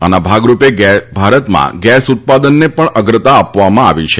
આના ભાગરૂપે ભારતમાં ગેસ ઉત્પાદનને પણ અગ્રતા આપવામાં આવી છે